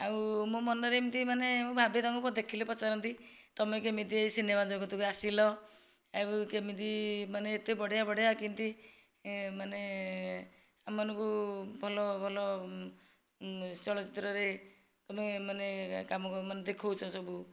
ଆଉ ମୋ ମନରେ ଏମିତି ମାନେ ମୁଁ ଭାବେ ତାଙ୍କୁ ଦେଖିଲେ ପଚାରନ୍ତି ତମେ କେମିତି ଏଇ ସିନେମା ଜଗତକୁ ଆସିଲ ଆଉ କେମିତି ମାନେ ଏତେ ବଢ଼ିଆ ବଢ଼ିଆ କେମିତି ମାନେ ଆମ ମାନଙ୍କୁ ଭଲ ଭଲ ଚଳଚିତ୍ରରେ ତମେ ମାନେ କାମ ଦେଖଉଛ ସବୁ